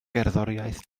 gerddoriaeth